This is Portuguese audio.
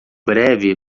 breve